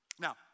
Now